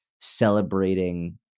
celebrating